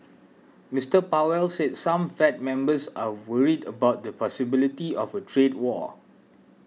Mister Powell said some Fed members are worried about the possibility of a trade war